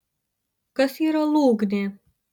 kas yra lūgnė